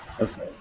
Okay